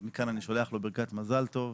אז מכאן אני שולח לו ברכת מזל טוב.